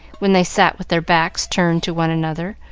when they sat with their backs turned to one another,